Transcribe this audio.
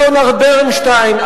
ליאונרד ברנשטיין,